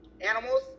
animals